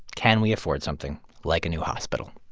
can we afford something like a new hospital?